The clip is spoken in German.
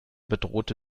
bedrohte